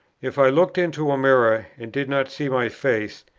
if i looked into a mirror, and did not see my face,